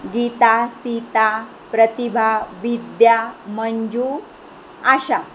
Gita Sita Pratibha Vidya Manju Asha